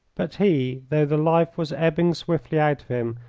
but he, though the life was ebbing swiftly out of him,